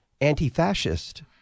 anti-fascist